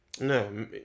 No